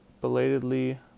belatedly